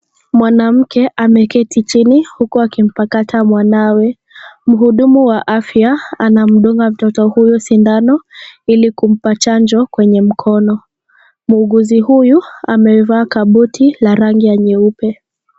Mwanamke ameketi chini, huku akimpakata mwanawe. Mhudumu wa afya, anamdunga mtoto huyu sindano, ili kumpa chanjo kwenye mkono. Muuguzi huyu, amevaa kabuti la rangi ya nyeupe.